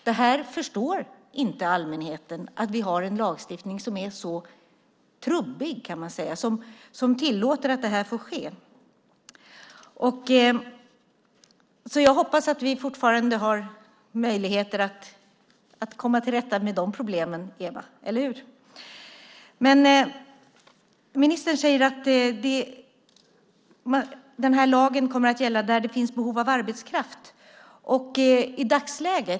Allmänheten förstår inte att vi har en lagstiftning som är så trubbig, som tillåter att så sker. Jag hoppas därför att vi fortfarande har möjlighet att komma till rätta med de problemen. Eller hur, Eva? Ministern säger att lagen kommer att gälla där det finns behov av arbetskraft.